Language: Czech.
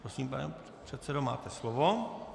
Prosím, pane předsedo, máte slovo.